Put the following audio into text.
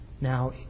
Now